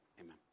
amen